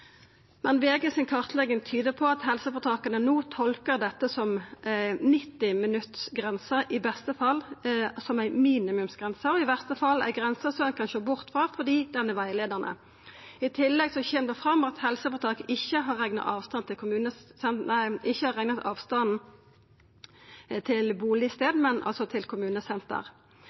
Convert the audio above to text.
Men VG si kartlegging tyder på at helseføretaka no tolkar dette som 90 minutts grense, i beste fall som ei minimumsgrense, og i verste fall ei grense som ein kan sjå bort frå fordi ho er rettleiande. I tillegg kjem det fram at helseføretaka ikkje har rekna avstanden til bustad, men til kommunesenter. VG si kartlegging har